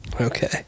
Okay